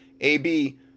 ab